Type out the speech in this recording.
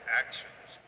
actions